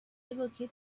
évoqué